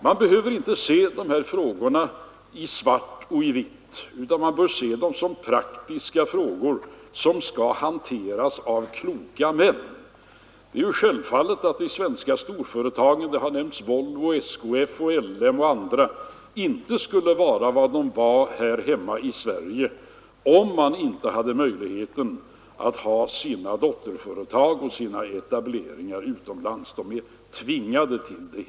Man behöver inte se dessa frågor i svart och vitt utan bör betrakta dem såsom praktiska frågor som skall hanteras av kloka män. De svenska storföretagen — här har nämnts Volvo, SKF, LM och andra — skulle inte vara vad de är här hemma i Sverige, om de inte hade möjlighet att driva sina dotterföretag utomlands. De är helt enkelt tvingade till det.